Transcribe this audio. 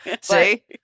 See